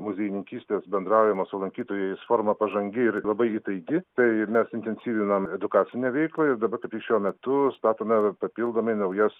muziejininkystės bendravimo su lankytojais forma pažangi ir labai įtaigi tai mes intensyvinam edukacinę veiklą ir dabar kaip tik šiuo metu statome papildomai naujas